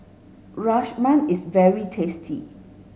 Rajma is very tasty